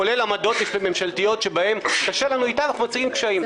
כולל עמדות ממשלתיות שבהם מוצאים קשיים.